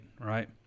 right